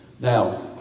Now